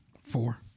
Four